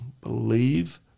Believe